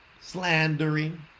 slandering